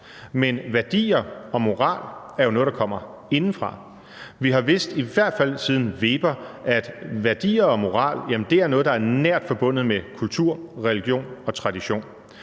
men værdier og moral er jo noget, der kommer indefra. Vi har vidst – i hvert fald siden Weber – at værdier og moral er noget, der er nært forbundet med kultur, religion og tradition,